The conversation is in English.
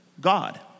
God